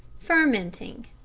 fermenting.